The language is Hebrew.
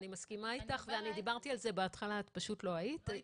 אני דיברתי על זה בהתחלה, את לא היית.